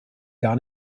gar